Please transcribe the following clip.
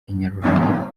inyarwanda